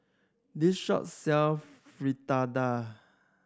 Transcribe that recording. this shop sell Fritada